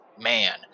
man